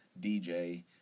DJ